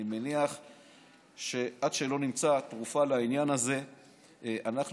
אני מניח שעד שלא נמצא תרופה לעניין הזה אנחנו